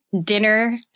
dinner